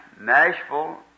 Nashville